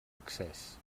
accés